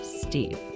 Steve